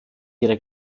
ihre